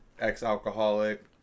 ex-alcoholic